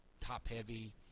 top-heavy